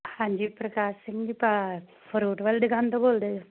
ਹਾਂਜੀ ਪ੍ਰਕਾਸ਼ ਸਿੰਘ ਜੀ ਭਾਅ ਫਰੂਟ ਵਾਲੀ ਦੁਕਾਨ ਤੋਂ ਬੋਲਦੇ ਜੇ